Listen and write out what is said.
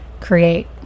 create